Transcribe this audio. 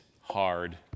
hard